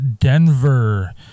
Denver